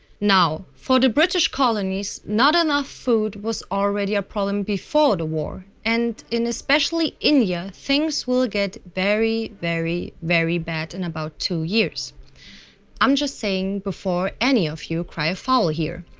now, for the british colonies, not enough food was already a problem before the war, and in especially india things will get very, very, very bad in about two years i'm just saying before any of you cry foul here,